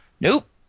Nope